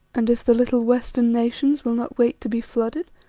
and if the little western nations will not wait to be flooded?